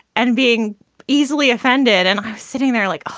and being easily offended and sitting there like,